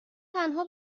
تنها